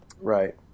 right